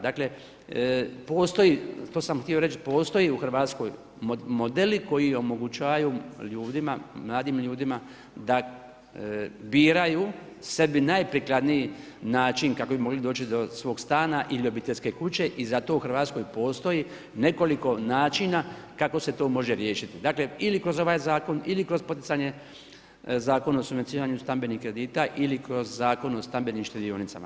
Dakle postoji, to sam htio reći, postoji u Hrvatskoj modeli koji omogućavaju ljudima, mladim ljudima da biraju sebi najprikladniji način kako bi mogli doći do svog stana ili obiteljske kuće i za to u Hrvatskoj postoji nekoliko načina kako se to može riješiti, dakle ili kroz ovaj zakon ili kroz poticanje Zakona o subvencioniranju stambenih kredita ili kroz Zakon o stambenim štedionicama.